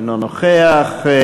אינו נוכח,